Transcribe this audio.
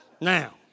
Now